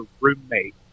roommate